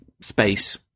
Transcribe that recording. space